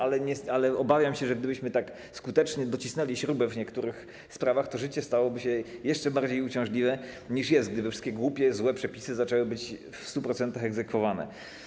Ale obawiam się, że gdybyśmy tak skutecznie docisnęli śrubę w niektórych sprawach, to życie stałoby się jeszcze bardziej uciążliwe, niż jest, gdyby wszystkie głupie, złe przepisy zaczęły być w 100% egzekwowane.